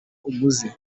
umuze